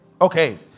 Okay